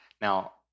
Now